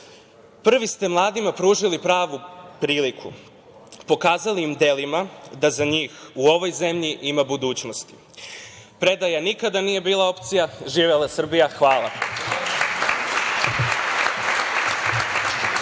Prvi ste mladima pružili pravu priliku, pokazali im delima da za njih u ovoj zemlji ima budućnosti. Predaja nikada nije bila opcija. Živela Srbija. Hvala.